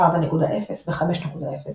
4.0 ו־5.0